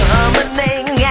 Summoning